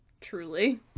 Truly